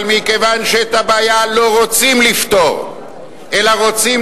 אבל מכיוון שאת הבעיה לא רוצים לפתור אלא רוצים